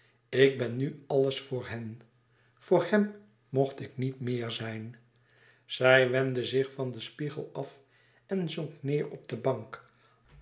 ik ben nu alles voor hen voor hem mocht ik niet méer zijn zij wendde zich van den spiegel af en zonk neêr op de bank